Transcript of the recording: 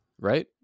right